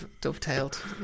dovetailed